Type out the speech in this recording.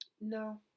No